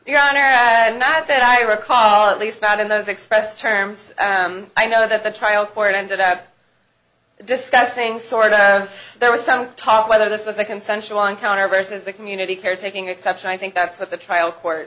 and that i recall at least not in those expressed terms i know that the trial court ended up discussing sort of there was some talk whether this was a consensual encounter versus the community care taking exception i think that's what the trial court